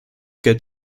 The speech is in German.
geld